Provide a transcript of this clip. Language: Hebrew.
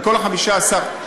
בכל ה-15,